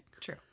True